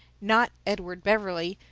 not edward beverley,